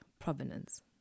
provenance